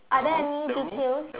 are there any details